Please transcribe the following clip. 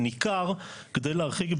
מדובר פה כמו שנאמר בסכנת חיים,